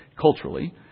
culturally